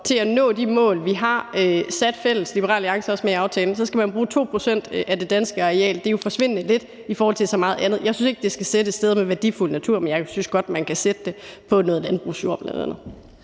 Alliance er også med i aftalen – så skal man bruge 2 pct. af det danske areal. Det er jo forsvindende lidt i forhold til så meget andet. Jeg synes ikke, det skal placeres på steder med værdifuld natur, men jeg synes godt, man kan placere det på noget landbrugsjord bl.a.